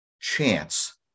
chance